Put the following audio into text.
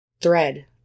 thread